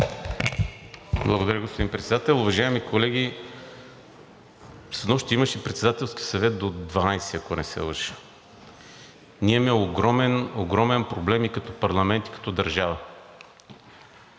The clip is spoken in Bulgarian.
Благодаря, господин Председател. Уважаеми колеги, снощи имаше Председателски съвет до дванадесет часа, ако не се лъжа. Ние имаме огромен проблем и като парламент, и като държава.